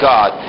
God